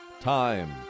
time